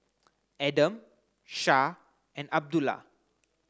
Adam Shah and Abdullah